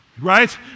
Right